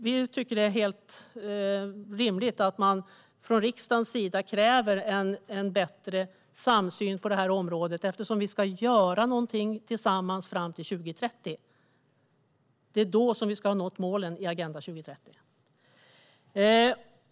Vi tycker att det är rimligt att riksdagen kräver en bättre samsyn på detta område, eftersom vi ska göra något tillsammans fram till 2030, då vi ska ha nått målen i Agenda 2030.